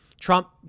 Trump